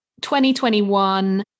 2021